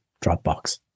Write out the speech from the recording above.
Dropbox